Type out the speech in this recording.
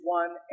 one